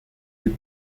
the